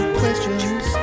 questions